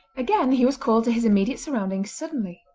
again he was called to his immediate surroundings suddenly.